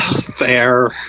Fair